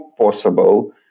possible